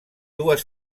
dues